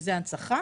שזה הנצחה